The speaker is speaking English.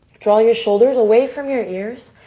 draw your shoulders away from your ears.